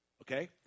Okay